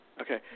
Okay